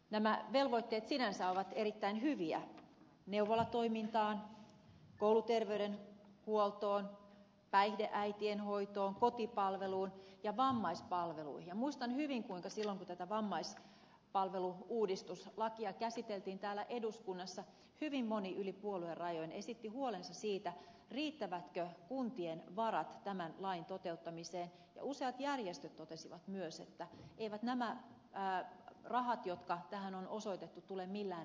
nämä velvoitteet sinänsä ovat erittäin hyviä neuvolatoimintaan kouluterveydenhuoltoon päihdeäitien hoitoon kotipalveluun ja vammaispalveluihin ja muistan hyvin kuinka silloin kun tätä vammaispalvelu uudistuslakia käsiteltiin täällä eduskunnassa hyvin moni yli puoluerajojen esitti huolensa siitä riittävätkö kuntien varat tämän lain toteuttamiseen ja useat järjestöt totesivat myös että eivät nämä rahat jotka tähän on osoitettu tule millään riittämään